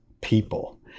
people